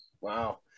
Wow